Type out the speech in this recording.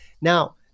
Now